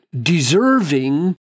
deserving